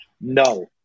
No